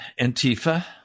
Antifa